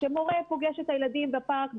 כאשר מורה פוגש את הילדים בפארק,